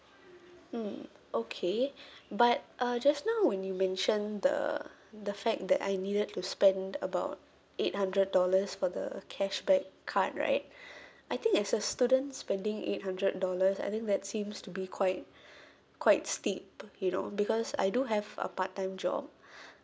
mm okay but uh just now when you mention the the fact that I needed to spend about eight hundred dollars for the cashback card right I think as a student spending eight hundred dollars I think that seems to be quite quite steep you know because I do have a part time job